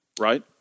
right